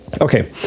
Okay